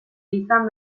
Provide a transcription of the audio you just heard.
izan